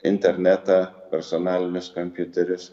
internetą personalinius kompiuterius